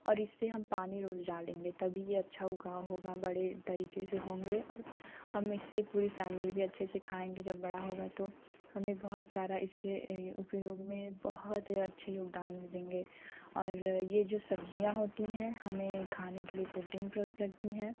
और इससे पानी हम रोज़ डालेंगे तभी अच्छा उगाओ होगा बड़े तरीके से होंगे और हम इसे पूरी फैमिली भी अच्छे से खाएंगे जब बड़ा होगा तो हमें बहुत सारा इसे उपयोग में बहुत ही अच्छे योगदान मिलेंगे और यह जो सब्ज़ियाँ होती हैं हमें खाने के लिए प्रोटीन करती है